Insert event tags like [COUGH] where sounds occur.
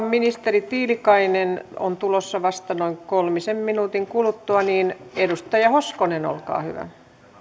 [UNINTELLIGIBLE] ministeri tiilikainen on tulossa vasta noin kolmisen minuutin kuluttua niin edustaja hoskonen olkaa hyvä